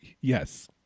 yes